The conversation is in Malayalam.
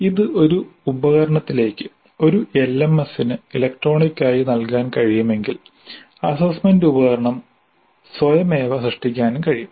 ഇത് ഒരു ഉപകരണത്തിലേക്ക് ഒരു എൽഎംഎസിന് ഇലക്ട്രോണിക് ആയി നൽകാൻ കഴിയുമെങ്കിൽ അസ്സസ്സ്മെന്റ് ഉപകരണം സ്വയമേവ സൃഷ്ടിക്കാനും കഴിയും